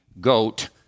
goat